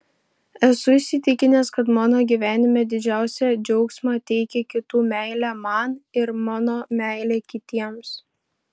esu įsitikinęs kad mano gyvenime didžiausią džiaugsmą teikia kitų meilė man ir mano meilė kitiems